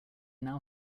now